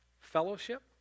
fellowship